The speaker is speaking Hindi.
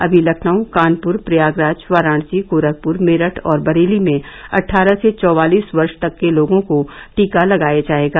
अभी लखनऊ कानपुर प्रयागराज वाराणसी गोरखपुर मेरठ और बरेली में अट्ठारह से चौवालीस वर्ष तक के लोगों को टीका लगाया जाएगा